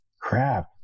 crap